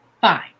Fine